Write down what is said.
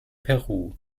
peru